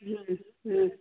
হুম হুম